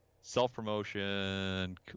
self-promotion